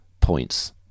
points